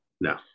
No